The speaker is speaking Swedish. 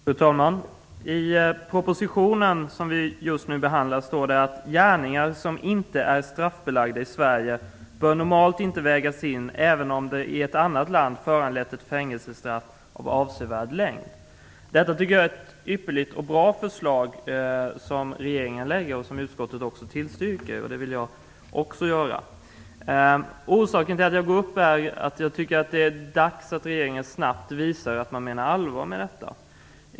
Fru talman! I den proposition som ligger bakom det ärende vi just nu behandlar står att gärningar som inte är straffbelagda i Sverige normalt inte bör vägas in även om de i ett annat land föranlett ett fängelsestraff av avsevärd längd. Detta tycker jag är ett ypperligt förslag från regeringen, som utskottet också tillstyrker, vilket också jag vill göra. Orsaken till att jag går upp i talarstolen är att jag tycker det är dags att regeringen snabbt visar att man menar allvar med detta.